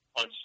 on